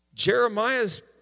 Jeremiah's